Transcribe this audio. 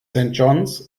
john’s